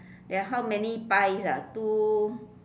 there are how many pies ah two